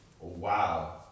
wow